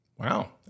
Wow